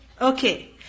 Okay